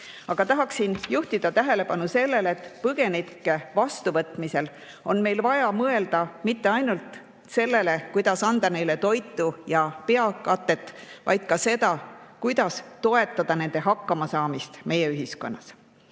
Aga tahaksin juhtida tähelepanu sellele, et põgenike vastuvõtmisel on meil vaja mõelda mitte ainult sellele, kuidas anda neile toitu ja peakatet, vaid ka sellele, kuidas toetada nende hakkamasaamist meie ühiskonnas.